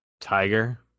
Tiger